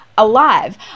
alive